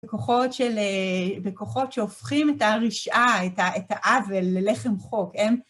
בכוחות של אה... בכוחות שהופכים את הרשעה, את... את העוול, ללחם חוק, הם...